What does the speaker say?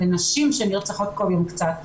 ונשים שנרצחות כל יום קצת.